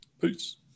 Peace